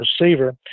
receiver